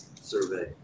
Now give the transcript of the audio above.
survey